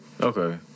Okay